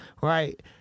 right